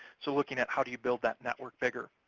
so looking at how do you build that network bigger?